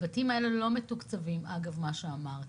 הבתים האלה לא מתוקצבים, אגב מה שאמרת,